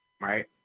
right